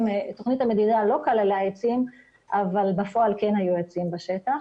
תוכנית המדידה לא כללה עצים אבל בפועל כן היו עצים בשטח.